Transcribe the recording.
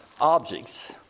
objects